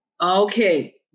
Okay